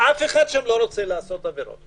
אף אחד שם לא רוצה לעשות עבירות,